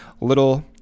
Little